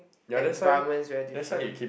environment is very different